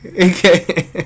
okay